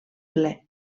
ple